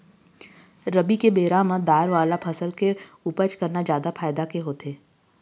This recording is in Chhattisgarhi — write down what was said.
रबी के बेरा म दार वाला फसल के उपज करना जादा फायदा के होथे